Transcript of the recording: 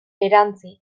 erantsi